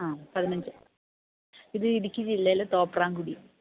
ആഹ് പതിനഞ്ച് ഇത് ഇടുക്കി ജില്ലയിലെ തോപ്രാംകുടി